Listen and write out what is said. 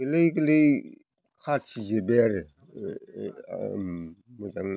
गोरलै गोरलै खाथि जिरबाय आरो मोजां